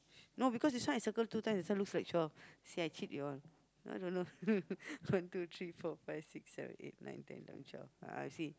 no because this one is circle two time this one looks like twelve see I cheat you all ah don't know one two three four five six seven eight nine ten eleven twelve ah you see